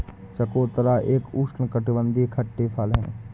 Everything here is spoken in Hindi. चकोतरा एक उष्णकटिबंधीय खट्टे फल है